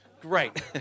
great